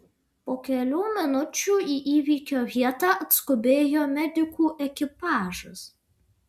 po kelių minučių į įvykio vietą atskubėjo medikų ekipažas